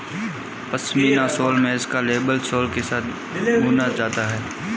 pashmina shawl में इसका label सोल के साथ बुना जाता है